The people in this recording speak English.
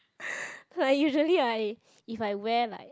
like usually I if I wear like